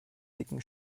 dicken